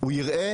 יראו